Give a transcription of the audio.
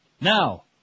Now